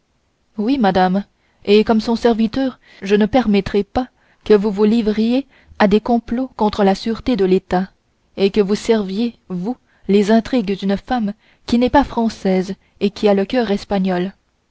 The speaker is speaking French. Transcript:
oui madame et comme son serviteur je ne permettrai pas que vous vous livriez à des complots contre la sûreté de l'état et que vous serviez vous les intrigues d'une femme qui n'est pas française et qui a le coeur espagnol